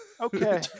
Okay